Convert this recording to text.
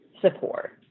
support